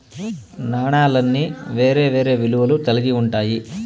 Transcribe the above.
నాణాలన్నీ వేరే వేరే విలువలు కల్గి ఉంటాయి